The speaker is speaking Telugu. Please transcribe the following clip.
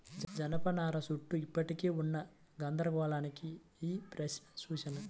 జనపనార చుట్టూ ఇప్పటికీ ఉన్న గందరగోళానికి ఈ ప్రశ్న సూచన